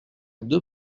deux